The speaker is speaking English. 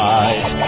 eyes